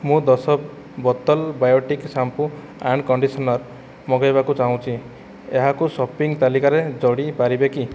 ମୁଁ ଦଶ ବୋତଲ ବାୟୋଟିକ୍ ଶ୍ୟାମ୍ପୂ ଆଣ୍ଡ୍ କଣ୍ଡିସନର ମଗାଇବାକୁ ଚାହୁଁଛି ଏହାକୁ ସପିଂ ତାଲିକାରେ ଯୋଡ଼ି ପାରିବେ କି